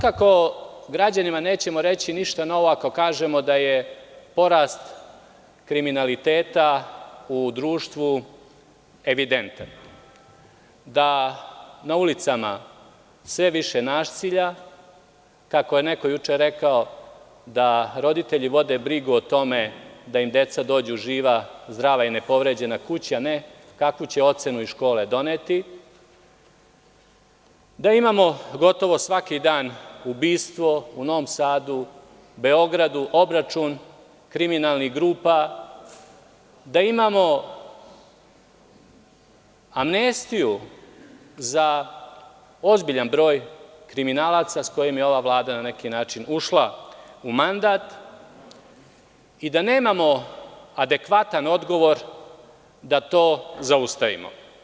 Svakako građanima nećemo reći ništa novo ako kažemo da je porast kriminaliteta u društvu evidentan, da na ulicama sve više nasilja ikako je neko juče rekao, da roditelji vode brigu o tome da im deca dođu živa, zdrava i nepovređena kući, a ne kakvu će ocenu iz škole doneti, da imamo gotovo svaki dan ubistvo u Novom Sadu, Beogradu, obračun kriminalnih grupa, da imamo amnestiju za ozbiljan broj kriminalaca sa kojima je ova vlada na neki način ušla u mandata i da nemamo adekvatan odgovor da to zaustavimo.